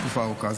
תקופה ארוכה.